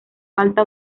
falta